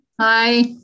Hi